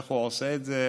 איך הוא עושה את זה,